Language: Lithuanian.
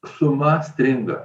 suma stringa